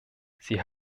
sie